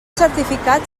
certificat